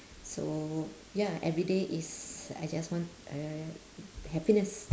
so ya everyday is I just want uh happiness